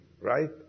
right